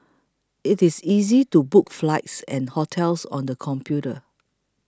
it is easy to book flights and hotels on the computer